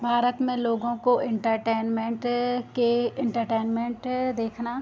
भारत में लोगों को इंटरटेनमेंट के इंटरटेनमेंट देखना